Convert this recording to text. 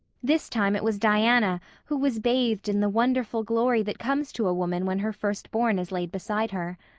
this time it was diana who was bathed in the wonderful glory that comes to a woman when her first-born is laid beside her.